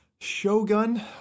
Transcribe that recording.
Shogun